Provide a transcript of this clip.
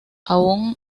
aun